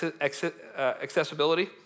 accessibility